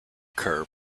curve